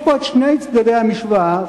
יש פה שני צדדי המשוואה,